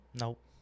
Nope